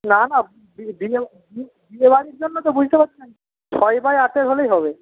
না না বিয়েবাড়ির জন্য তো বুঝতে পারছেন ছয় বাই আটের হলেই হবে